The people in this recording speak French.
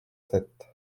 sept